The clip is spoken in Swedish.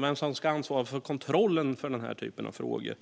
vem som ska ansvara för kontrollen i den här typen av frågor.